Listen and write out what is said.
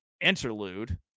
interlude